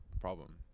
problem